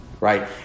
right